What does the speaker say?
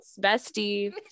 bestie